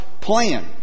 plan